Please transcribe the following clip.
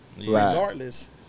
Regardless